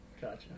Gotcha